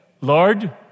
Lord